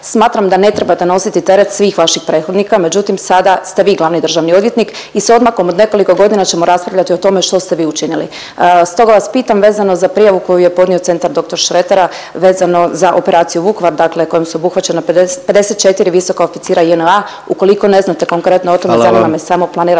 smatram da ne trebate nosit teret svih vaših prethodnika, međutim sada ste vi glavni državni odvjetnik i s odmakom od nekoliko godina ćemo raspravljati o tome što ste vi učinili. Stoga vas pitam vezano za prijavu koji je podnio Centar dr. Šretera vezano za Operaciju Vukovar kojom su obuhvaćena 54 visoka oficira JNA, ukoliko ne znate konkretno o tome zanima me …/Upadica